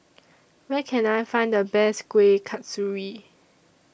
Where Can I Find The Best Kuih Kasturi